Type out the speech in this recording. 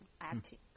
acting